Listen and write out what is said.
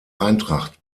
eintracht